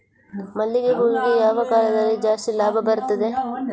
ಮಲ್ಲಿಗೆ ಹೂವಿಗೆ ಯಾವ ಕಾಲದಲ್ಲಿ ಜಾಸ್ತಿ ಲಾಭ ಬರುತ್ತದೆ?